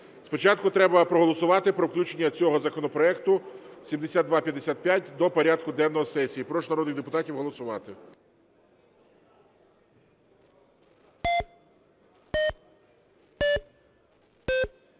Спочатку треба проголосувати про включення цього законопроекту 7255 до порядку денного сесії. Прошу народних депутатів голосувати.